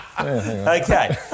okay